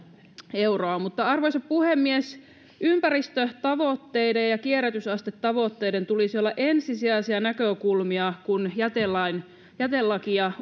euroa arvoisa puhemies ympäristötavoitteiden ja kierrätysastetavoitteiden tulisi olla ensisijaisia näkökulmia kun jätelakia